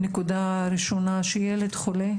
הנקודה הראשונה היא שכשילד חולה,